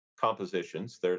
compositions